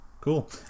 Cool